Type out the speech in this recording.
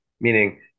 Meaning